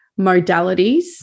modalities